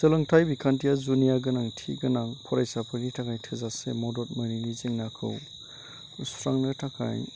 सोलोंथाइ बिखान्थिया जुनिया गोनांथि गोनां फरायसाफोरनि थाखाय थोजासे मदद मोनैनि जेंनाखौ सुस्रांनो थाखाय